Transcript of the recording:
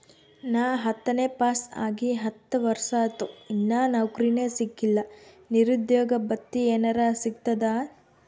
ನಾ ಹತ್ತನೇ ಪಾಸ್ ಆಗಿ ಹತ್ತ ವರ್ಸಾತು, ಇನ್ನಾ ನೌಕ್ರಿನೆ ಸಿಕಿಲ್ಲ, ನಿರುದ್ಯೋಗ ಭತ್ತಿ ಎನೆರೆ ಸಿಗ್ತದಾ?